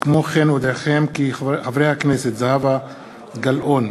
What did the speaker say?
כגון מניעת היריון,